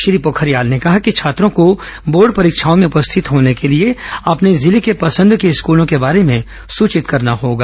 श्री पोखरियाल ने कहा कि छात्रों को बोर्ड परीक्षाओं में उपस्थित होने को लिए अपने जिले के पसंद के स्कूलों के बारे में सूचित करना होगा